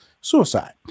suicide